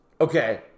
okay